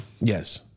Yes